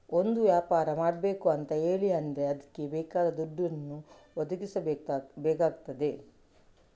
ಒಂದು ವ್ಯಾಪಾರ ಮಾಡ್ಬೇಕು ಅಂತ ಹೇಳಿ ಆದ್ರೆ ಅದ್ಕೆ ಬೇಕಾದ ದುಡ್ಡನ್ನ ಒದಗಿಸಬೇಕಾಗ್ತದೆ